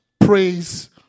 praise